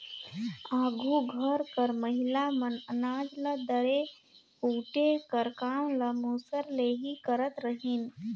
आघु घर कर महिला मन अनाज ल दरे कूटे कर काम ल मूसर ले ही करत रहिन